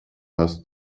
hast